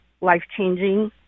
life-changing